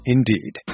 Indeed